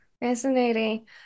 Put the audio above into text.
Fascinating